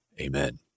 amen